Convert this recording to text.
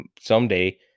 someday